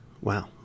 Wow